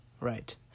Right